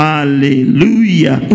Hallelujah